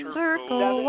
circle